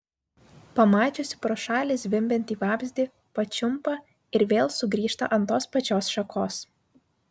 pamačiusi pro šalį zvimbiantį vabzdį pačiumpa ir vėl sugrįžta ant tos pačios šakos